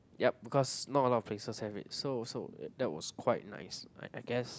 ya because not a lot of places have it so so that was quite nice I I guess